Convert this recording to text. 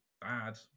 bad